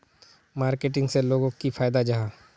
Marketing से लोगोक की फायदा जाहा?